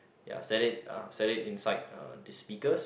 ya set it uh set it inside uh the speakers